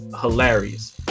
hilarious